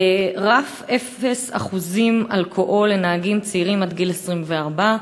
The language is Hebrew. רף של אפס אחוזי אלכוהול לנהגים צעירים עד גיל 24,